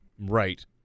Right